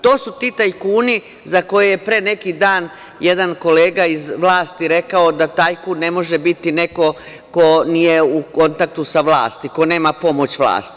To su ti tajkuni za koje je pre neki dan jedna kolega iz vlasti rekao da tajkun ne može biti neko ko je u kontaktu sa vlasti, ko nema pomoć vlasti.